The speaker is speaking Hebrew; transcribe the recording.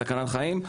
סכנת חיים.